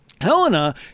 Helena